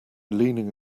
leaning